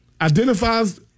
identifies